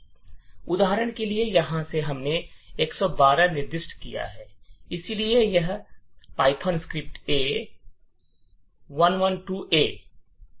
उदाहरण के लिए यहां से हमने 112 निर्दिष्ट किया है इसलिए यह Python script A 112 A print करेगी